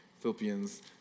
Philippians